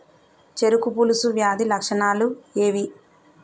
చెరుకు పొలుసు వ్యాధి లక్షణాలు ఏవి?